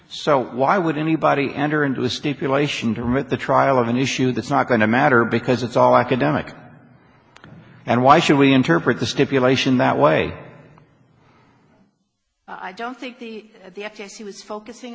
so why would anybody enter into a stipulation to read the trial on an issue that's not going to matter because it's all academic and why should we interpret the stipulation that way i don't think the f